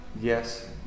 Yes